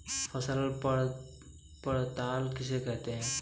फसल पड़ताल किसे कहते हैं?